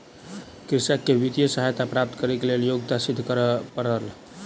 कृषक के वित्तीय सहायता प्राप्त करैक लेल योग्यता सिद्ध करअ पड़ल